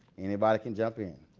anybody can jump in.